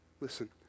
listen